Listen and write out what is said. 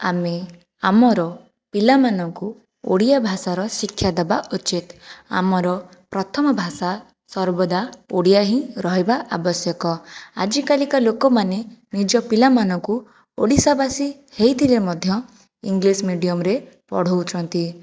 ଆମେ ଆମର ପିଲାମାନଙ୍କୁ ଓଡ଼ିଆଭାଷାର ଶିକ୍ଷା ଦବା ଉଚିତ୍ ଆମର ପ୍ରଥମ ଭାଷା ସର୍ବଦା ଓଡ଼ିଆ ହିଁ ରହିବା ଆବଶ୍ୟକ ଆଜିକାଲିକା ଲୋକମାନେ ନିଜ ପିଲାମାନଙ୍କୁ ଓଡ଼ିଶାବାସି ହେଇଥିଲେ ମଧ୍ୟ ଇଂଲିଶ୍ ମିଡ଼ିୟମ୍ରେ ପଢ଼ଉଛନ୍ତି